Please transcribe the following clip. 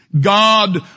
God